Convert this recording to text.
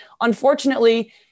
unfortunately